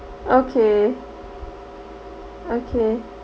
okay okay